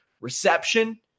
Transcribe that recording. reception